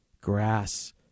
grass